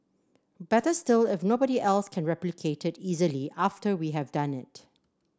better still if nobody else can replicate it easily after we have done it